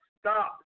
Stop